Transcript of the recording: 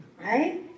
right